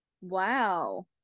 Wow